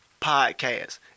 Podcast